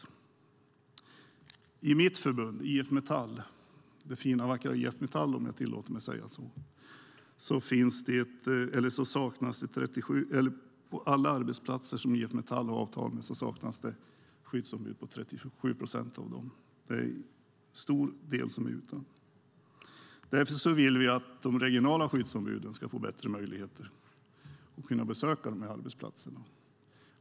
På alla arbetsplatser som mitt förbund IF Metall - det fina, vackra IF Metall, om jag tillåts säga så - har avtal med saknas det skyddsombud på 37 procent av dem. Det är en stor del som saknar skyddsombud. Därför vill vi att de regionala skyddsombuden ska få bättre möjligheter att besöka arbetsplatser.